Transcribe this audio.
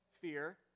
fear